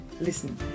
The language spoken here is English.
Listen